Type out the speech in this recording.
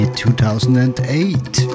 2008